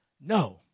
No